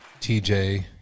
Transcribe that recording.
TJ